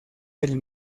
del